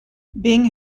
bing